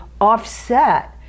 offset